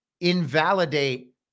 invalidate